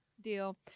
Deal